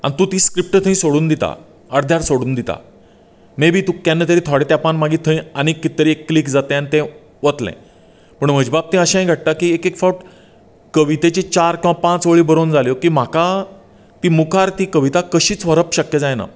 आनी तूं ती स्क्रीप्ट थंय सोडून अर्द्यार सोडून दितात मे बी तुका केन्ना तरी थोड्या तेंपार मागीर थंय आनी कितें तरी एक क्लिक जाता तें आनी तें वतलें पूण म्हजे बाबतींत अशेंय घडटा की एक एक फावट कवितेच्या चार किंवा पांच वळी बरोवन जाल्यो की म्हाका ती मुखार ती कविता कशींच व्हरप शक्य जायना